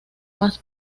más